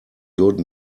good